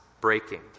breaking